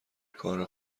کار